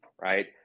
right